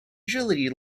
agility